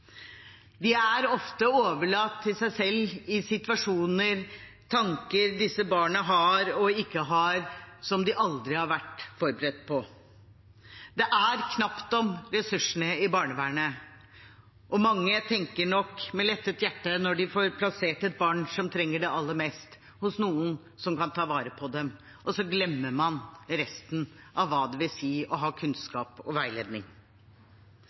er ofte overlatt til seg selv i situasjoner, med tanker disse barna har og ikke har, som de aldri har vært forberedt på. Det er knapt om ressursene i barnevernet, og mange har nok et lettet hjerte når de får plassert et barn som trenger det aller mest, hos noen som kan ta vare på det, og så glemmer man resten av hva det vil si å ha kunnskap og veiledning.